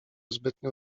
zbytnio